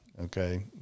Okay